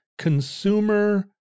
Consumer